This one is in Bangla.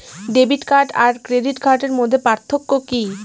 ডেবিট কার্ড আর ক্রেডিট কার্ডের মধ্যে পার্থক্য কি?